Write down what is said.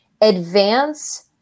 advance